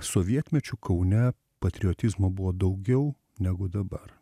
sovietmečiu kaune patriotizmo buvo daugiau negu dabar